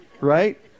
Right